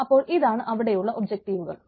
അപ്പോൾ ഇതാണ് അവിടെയുള്ള ഒബ്ജക്ടീവുകൾ